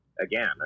again